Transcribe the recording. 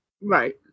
Right